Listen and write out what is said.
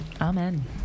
Amen